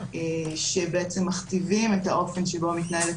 שבעצם מכתיבים את האופן שבו מתנהלת